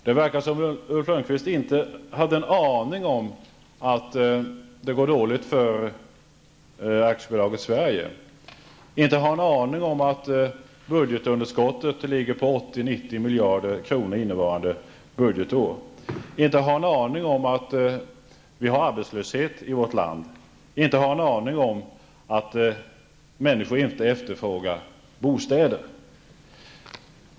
Det verkar som om Ulf Lönnqvist inte har en aning om att det går dåligt för aktiebolaget Sverige, att budgetunderskottet ligger på 80--90 miljarder kronor för innevarande budgetår, att vi har arbetslöshet i vårt land och att människor inte efterfrågar bostäder.